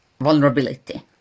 vulnerability